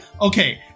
Okay